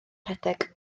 rhedeg